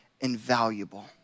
invaluable